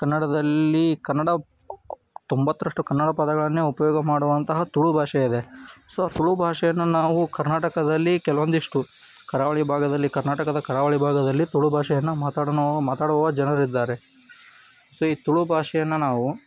ಕನ್ನಡದಲ್ಲಿ ಕನ್ನಡ ತೊಂಬತ್ತರಷ್ಟು ಕನ್ನಡ ಪದಗಳನ್ನೇ ಉಪಯೋಗ ಮಾಡುವಂತಹ ತುಳು ಭಾಷೆ ಇದೆ ಸೊ ತುಳು ಭಾಷೆಯನ್ನು ನಾವು ಕರ್ನಾಟಕದಲ್ಲಿ ಕೆಲವೊಂದಿಷ್ಟು ಕರಾವಳಿ ಭಾಗದಲ್ಲಿ ಕರ್ನಾಟಕದ ಕರಾವಳಿ ಭಾಗದಲ್ಲಿ ತುಳು ಭಾಷೆಯನ್ನು ಮಾತಾಡಿ ನಾವು ಮಾತಾಡುವ ಜನರಿದ್ದಾರೆ ಸೊ ಈ ತುಳು ಭಾಷೆಯನ್ನು ನಾವು